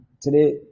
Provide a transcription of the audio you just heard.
Today